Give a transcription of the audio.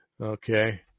okay